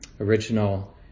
original